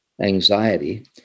anxiety